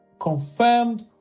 confirmed